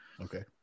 okay